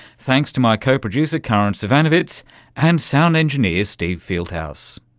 thanks to my co-producer karin zsivanovits and sound engineer steve fieldhouse.